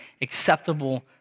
acceptable